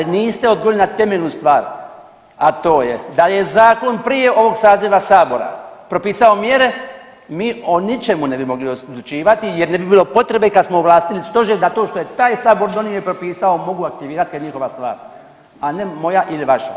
A niste odgovorili na temelju stvar, a to je da je zakon prije ovoga saziva Sabora propisao mjere, mi o ničemu ne bi mogli odlučivati jer ne bi bilo potrebe kada smo ovlastili Stožer da to što je taj Sabor donio i propisao mogu aktivirati jer je njihova stvar, a ne moja ili vaša.